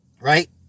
Right